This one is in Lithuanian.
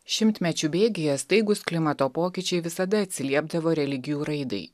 šimtmečių bėgyje staigūs klimato pokyčiai visada atsiliepdavo religijų raidai